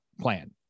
plan